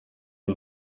the